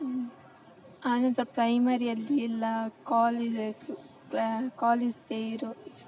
ಆನಂತರ ಪ್ರೈಮರಿಯಲ್ಲಿ ಎಲ್ಲ ಕಾಲೇಜ್ ಕ್ಲಾ ಕಾಲೇಝ್ಗೆ ಇರೋ